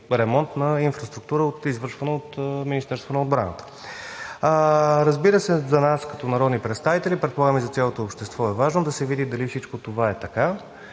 ремонт на инфраструктура, извършвани от Министерството на отбраната. Разбира се, за нас като народни представители, предполагам и за цялото общество, е важно да се види дали всичко това е така